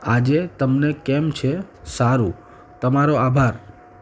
આજે તમને કેમ છે સારું તમારો આભાર